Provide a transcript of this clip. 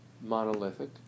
monolithic